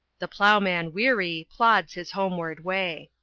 the ploughman, weary, plods his homeward way.